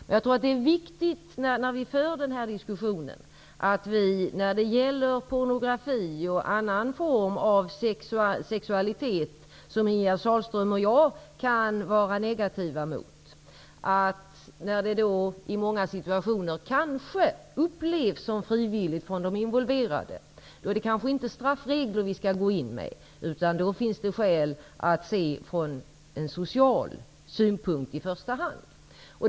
När man för denna diskussion är det viktigt att vi när det gäller pornografi, och annan form av sexualitet som Ingegerd Sahlström och jag kan vara negativa emot, inser att det i många situationer kanske upplevs som frivilligt av de involverade. Det är kanske inte straffregler vi skall använda, utan det finns skäl att se detta utifrån en social synpunkt i första hand.